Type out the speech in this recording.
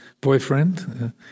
boyfriend